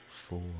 four